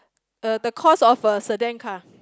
the the cost of a Sedan car